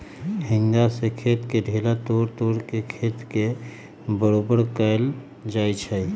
हेंगा से खेत के ढेला तोड़ तोड़ के खेत के बरोबर कएल जाए छै